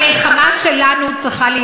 אני אחכה שיירגעו.